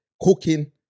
cooking